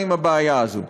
עם הבעיה הזאת.